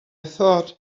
thought